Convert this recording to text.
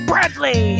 Bradley